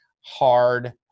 hard